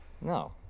No